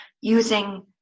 using